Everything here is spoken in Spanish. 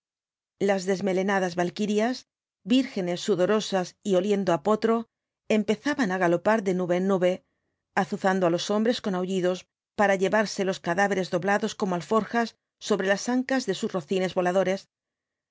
las desmelenadas walkirias vírgenes sudorosas y oliendo á potro empezaban á galopar de nube en nube azuzando á los hombres con aullidos para llevarse los cadáveres doblados como alforjas sobre las ancas de sus rocines voladores